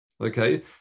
Okay